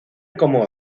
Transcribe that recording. como